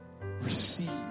receive